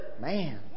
Man